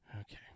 Okay